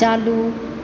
चालू